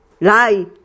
Lie